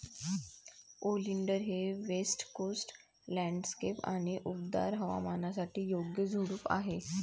oleander हे west coast landscape आणि उबदार हवामानासाठी योग्य झुडूप आहे